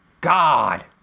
God